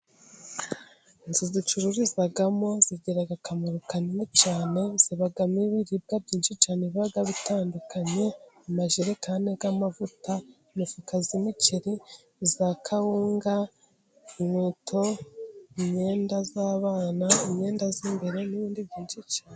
Inzu zicururizamo zigira akamaro kanini cyane , zibamo ibiribwa byinshi cyane biba bitandukanye , amajerekani y'amavuta , imifuka y'imiceri , iya kawunga, inkweto , imyenda y'abana , imyenda z'imbere n'ibindi byinshi cyane.